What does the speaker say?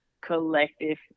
collective